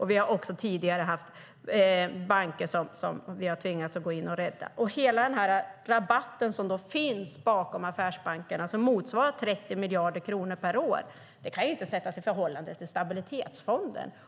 Vi har också tidigare haft banker som vi har tvingats gå in och rädda. Hela den här rabatten som finns bakom affärsbankerna, som motsvarar 30 miljarder kronor per år, kan ju inte sättas i förhållande till Stabilitetsfonden.